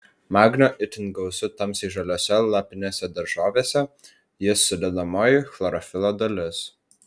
magnio itin gausu tamsiai žaliose lapinėse daržovėse jis sudedamoji chlorofilo dalis